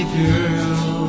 girl